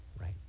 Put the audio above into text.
right